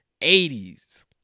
80s